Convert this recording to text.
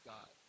God